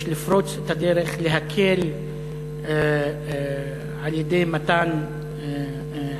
יש לפרוץ את הדרך, להקל על-ידי מתן עזרה.